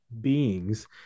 beings